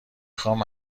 خواهم